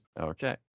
Okay